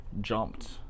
jumped